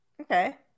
Okay